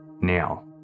Now